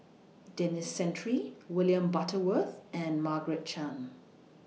Denis Santry William Butterworth and Margaret Chan